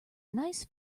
nice